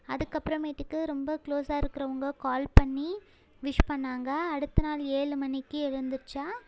அதுக்கப்புறமேட்டுக்கு ரொம்ப க்ளோஸாக இருக்கறவங்க கால் பண்ணி விஷ் பண்ணாங்க அடுத்த நாள் ஏழு மணிக்கு எழுந்திருச்சால்